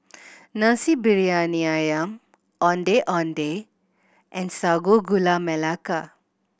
Nasi Briyani Ayam Ondeh Ondeh and Sago Gula Melaka